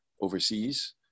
overseas